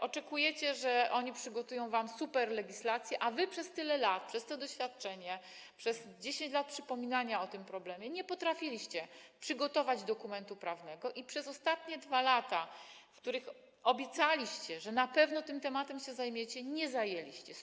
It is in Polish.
Oczekujecie, że oni przygotują wam superlegislację, a wy przez tyle lat, mając to doświadczenie, przez 10 lat przypominania o tym problemie nie potrafiliście przygotować dokumentu prawnego i przez ostatnie 2 lata, w których obiecaliście, że na pewno tym tematem się zajmiecie, nie zajęliście się nim.